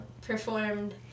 performed